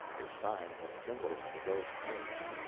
if signs and symbols may go for anything.